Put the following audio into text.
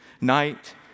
night